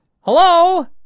hello